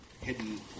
Hidden